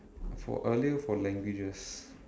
for earlier for languages